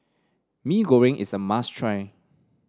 Mee Goreng is a must try